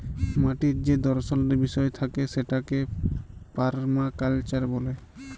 মাটির যে দর্শলের বিষয় থাকে সেটাকে পারমাকালচার ব্যলে